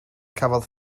cafodd